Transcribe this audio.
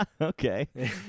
okay